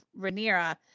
Rhaenyra